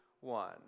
one